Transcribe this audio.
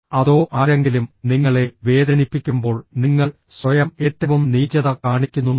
അതോ ആരെങ്കിലും നിങ്ങളെ വേദനിപ്പിക്കുമ്പോൾ നിങ്ങൾ സ്വയം ഏറ്റവും നീചത കാണിക്കുന്നുണ്ടോ